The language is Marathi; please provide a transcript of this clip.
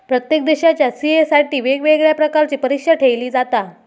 प्रत्येक देशाच्या सी.ए साठी वेगवेगळ्या प्रकारची परीक्षा ठेयली जाता